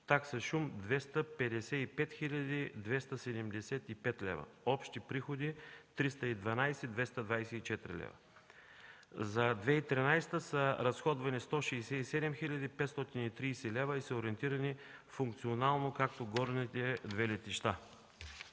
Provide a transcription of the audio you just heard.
чужди – 255 275 лв.; общи приходи – 312 224 лв.; за 2013 г. са разходвани 167 530 лв. и са ориентирани функционално, както при горните две летища.